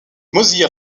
mozilla